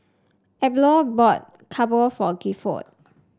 Adolph bought Dhokla for Gifford